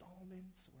installments